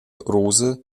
rose